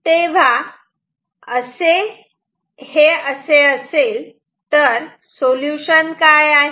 तेव्हा असे हे असेल तर सोल्युशन काय आहे